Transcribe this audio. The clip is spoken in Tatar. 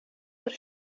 бер